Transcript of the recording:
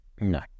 No